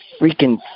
freaking